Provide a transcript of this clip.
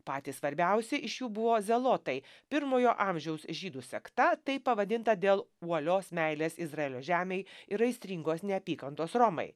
patys svarbiausi iš jų buvo zelotai pirmojo amžiaus žydų sekta taip pavadinta dėl uolios meilės izraelio žemei ir aistringos neapykantos romai